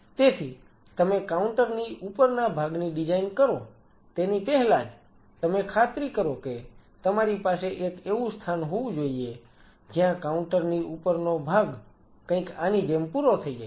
તેથી તમે કાઉન્ટર ની ઉપરના ભાગની ડિઝાઈન કરો તેની પહેલાં જ તમે ખાતરી કરો કે તમારી પાસે એક એવું સ્થાન હોવું જોઈએ જ્યાં કાઉન્ટર ની ઉપરનો ભાગ કંઈક આની જેમ પૂરો થઈ જાય છે